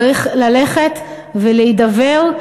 צריך ללכת ולהידבר,